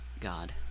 God